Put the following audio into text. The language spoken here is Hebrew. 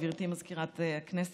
גברתי מזכירת הכנסת,